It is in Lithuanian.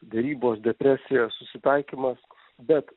derybos depresija susitaikymas bet